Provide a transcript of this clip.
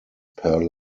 per